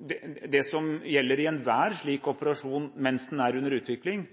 at det som gjelder i enhver slik operasjon mens den er under utvikling,